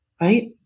right